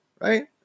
right